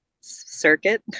circuit